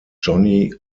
johnny